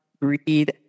breathe